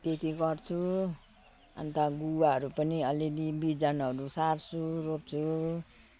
त्यति गर्छु अन्त गुवाहरू पनि अलि अलि बिजनहरू सार्छु रोप्छु